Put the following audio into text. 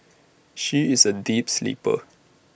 she is A deep sleeper